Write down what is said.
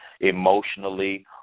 emotionally